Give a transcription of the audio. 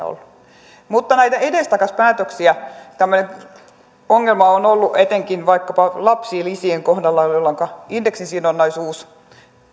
ollut mutta nämä edestakaispäätökset tämmöinen ongelma on ollut etenkin vaikkapa lapsilisien kohdalla jolloinka indeksisidonnaisuus